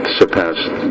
surpassed